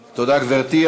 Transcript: תודה, גברתי.